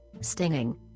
stinging